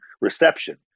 reception